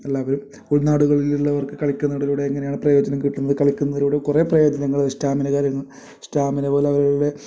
എല്ലാവരും ഉൾനാടുകളിലുള്ളവർക്ക് കളിക്കുന്നതിലൂടെ എങ്ങനെയാണ് പ്രയോജനം കിട്ടുന്നത് കളിക്കുന്നതിലൂടെ കുറേ പ്രയോജനങ്ങൾ സ്റ്റാമിന കാര്യങ്ങൾ സ്റ്റാമിന പോലെ അവരുടെ